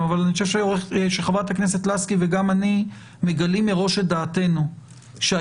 אבל אני חושב שחברת הכנסת לסקי וגם אני מגלים מראש את דעתנו שהאיזון